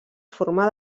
forma